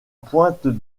pointe